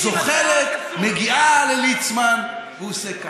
זוחלת, מגיעה לליצמן, והוא עושה ככה: